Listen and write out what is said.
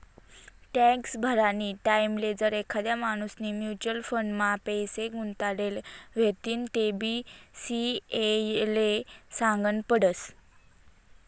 tax भरानी टाईमले जर एखादा माणूसनी म्युच्युअल फंड मा पैसा गुताडेल व्हतीन तेबी सी.ए ले सागनं पडस